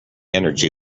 energy